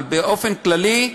אבל באופן כללי,